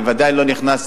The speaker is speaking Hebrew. אני ודאי לא נכנס,